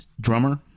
drummer